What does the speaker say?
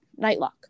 Nightlock